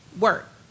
work